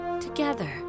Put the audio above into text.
together